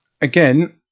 Again